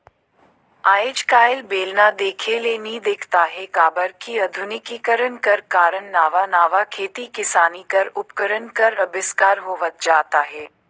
आएज काएल बेलना देखे ले नी दिखत अहे काबर कि अधुनिकीकरन कर कारन नावा नावा खेती किसानी कर उपकरन कर अबिस्कार होवत जात अहे